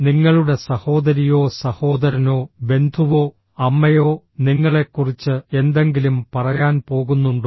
നിങ്ങളുടെ സഹോദരിയോ സഹോദരനോ ബന്ധുവോ അമ്മയോ നിങ്ങളെക്കുറിച്ച് എന്തെങ്കിലും പറയാൻ പോകുന്നുണ്ടോ